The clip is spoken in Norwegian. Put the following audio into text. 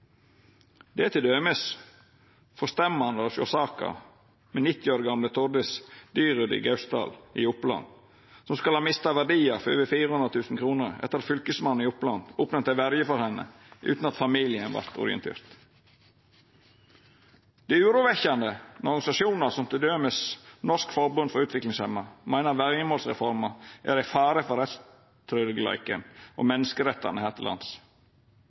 Det er t.d. forstemmande å lesa saka om 90 år gamle Gerd Thordis Dyrud i Gausdal i Oppland, som skal ha mista verdiar for over 400 000 kr etter at Fylkesmannen i Oppland nemnde opp verje for henne utan at familien vart orientert. Det er urovekkjande når organisasjonar som t.d. Norsk forbund for utviklingshemmede meiner verjemålsreforma er ein fare for rettstryggleiken og menneskerettane her til lands.